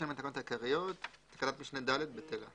לתקנות העיקריות תקנת משנה (ד) בטלה,